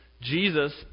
Jesus